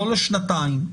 לא לשנתיים,